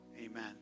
Amen